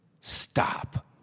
Stop